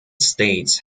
states